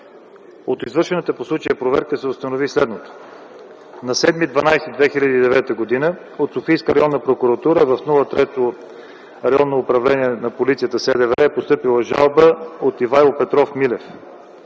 От извършената по случая проверка се установи следното. На 7 декември 2009 г. от Софийска районна прокуратура, в Трето районно управление СДВР, е постъпила жалба от Ивайло Петров Милев,